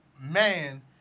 man